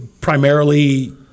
primarily –